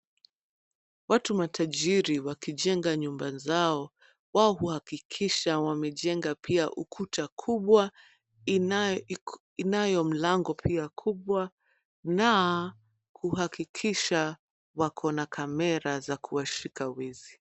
Watu matajiri wakijenga nyumba zao, wao huakikisha wamejenga pia ukuta kubwa inayo mlango pia kubwa na huakikisha wakona kamera za kuwashika wezi.